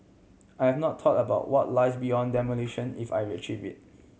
I've not thought about what lies beyond demolition if I it